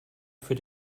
für